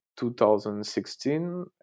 2016